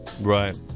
Right